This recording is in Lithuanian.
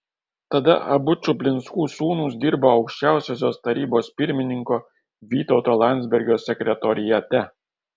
tada abu čuplinskų sūnūs dirbo aukščiausiosios tarybos pirmininko vytauto landsbergio sekretoriate